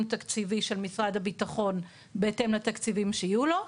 תקציבי של משרד הביטחון בהתאם לתקציבים שיהיו לו.